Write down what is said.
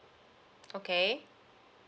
okay